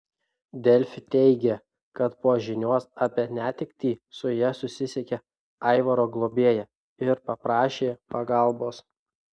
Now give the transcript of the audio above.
delfi teigė kad po žinios apie netektį su ja susisiekė aivaro globėja ir paprašė pagalbos